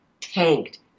tanked